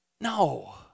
No